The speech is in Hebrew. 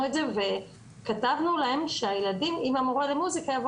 את זה וכתבנו להם שהילדים יחד עם המורה למוזיקה,